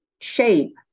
shape